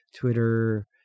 Twitter